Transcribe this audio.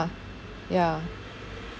ya